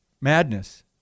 madness